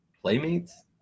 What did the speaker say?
playmates